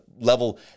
level